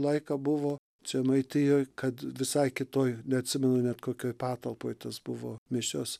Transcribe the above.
laiką buvo žemaitijoj kad visai kitoj neatsimenu kokioj patalpoj tos buvo mišios